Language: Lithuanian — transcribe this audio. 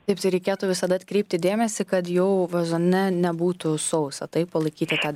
taip tai reikėtų visada atkreipti dėmesį kad jau vazone nebūtų sausa taip palaikyti tą